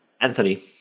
Anthony